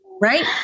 right